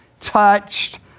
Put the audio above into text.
touched